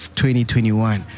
2021